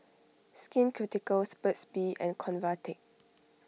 Skin Ceuticals Burt's Bee and Convatec